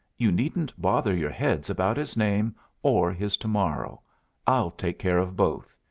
you needn't bother your heads about his name or his to-morrow i'll take care of both.